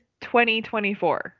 2024